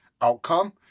outcome